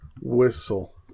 whistle